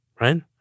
right